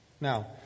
Now